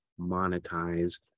monetize